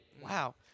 Wow